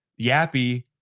Yappy